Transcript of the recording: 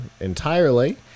entirely